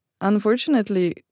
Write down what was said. unfortunately